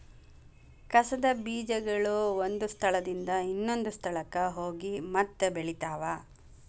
ಕಸದ ಬೇಜಗಳು ಒಂದ ಸ್ಥಳದಿಂದ ಇನ್ನೊಂದ ಸ್ಥಳಕ್ಕ ಹೋಗಿ ಮತ್ತ ಬೆಳಿತಾವ